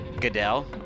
goodell